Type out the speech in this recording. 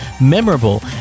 memorable